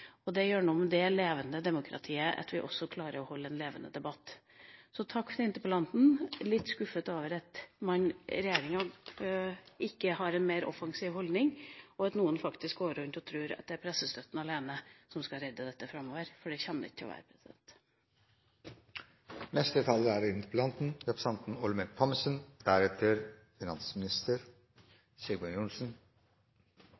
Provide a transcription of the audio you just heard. Det er gjennom det levende demokratiet at vi også klarer å holde en levende debatt – så takk til interpellanten. Jeg er litt skuffet over at man i regjeringa ikke har en mer offensiv holdning, og at noen faktisk går rundt og tror at det er pressestøtten alene som skal redde dette framover, for det kommer det ikke til å være.